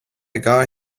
got